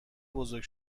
بزرگ